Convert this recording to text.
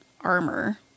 armor